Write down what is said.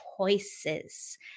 choices